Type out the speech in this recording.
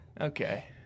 okay